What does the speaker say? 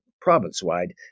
province-wide